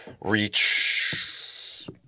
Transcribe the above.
reach